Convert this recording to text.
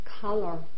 color